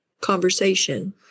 conversation